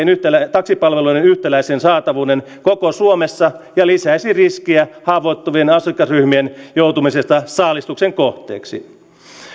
taksipalveluiden yhtäläisen saatavuuden koko suomessa ja lisäisi riskiä haavoittuvien asiakasryhmien joutumisesta saalistuksen kohteeksi